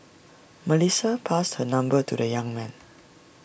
Melissa passed her number to the young man